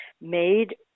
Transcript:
made